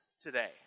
today